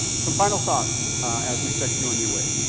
some final thoughts as we set you on your way.